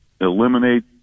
eliminate